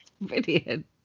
brilliant